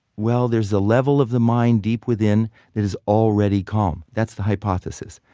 well, there's the level of the mind deep within it is already calm. that's the hypothesis.